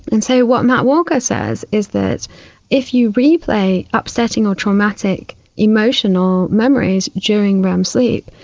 and so what matt walker says is that if you replay upsetting or traumatic emotional memories during rem sleep,